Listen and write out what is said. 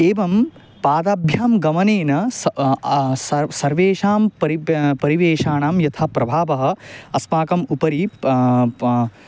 एवं पादाभ्यां गमनेन स सर्वेषां परिब् परिवेषाणां यथा प्रभावः अस्माकम् उपरि प प